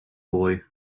boy